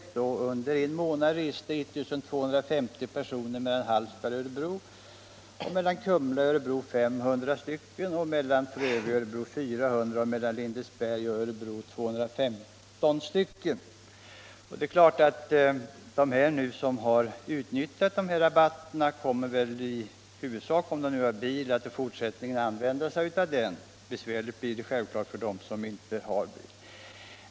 Det visade det sig då att under en månad reste 1 250 personer mellan Hallsberg och Örebro. Mellan Kumla och Örebro var antalet resande 500. Mellan Frövi och Örebro reste 400 och mellan Lindesberg och Örebro 215 personer. Det är klart att de som tidigare har utnyttjat dessa rabatter och som har bil nu i huvudsak kommer att använda bilen. Besvärligt blir det självfallet för dem som inte har bil.